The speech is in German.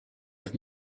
auf